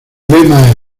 lema